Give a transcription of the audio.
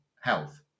health